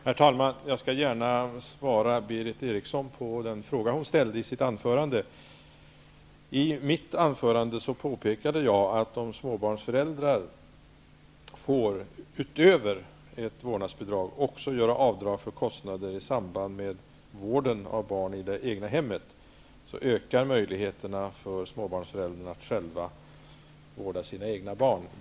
Herr talman! Jag skall gärna svara Berith Eriksson på den fråga hon ställde i sitt anförande. I mitt anförande påpekade jag att om småbarnsföräldrar, utöver ett vårdnadsbidrag, också får göra avdrag för kostnader i samband med vården av barn i det egna hemmet ökar möjligheterna för småbarnsföräldrar att själva vårda sina egna barn.